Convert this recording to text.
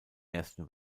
ersten